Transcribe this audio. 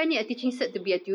mm